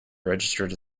registered